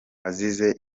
azize